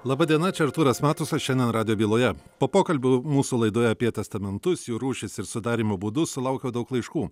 laba diena čia artūras matusas šiandien radijo byloje po pokalbių mūsų laidoje apie testamentus jų rūšis ir sudarymo būdus sulaukiau daug laiškų